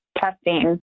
testing